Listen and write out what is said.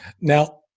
Now